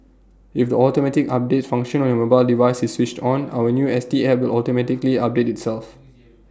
if the automatic update function on your mobile device is switched on our new S T app will automatically update itself